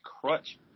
crutch